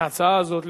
את ההצעה הזאת,